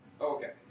Okay